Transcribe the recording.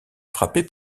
frappée